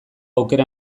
aukera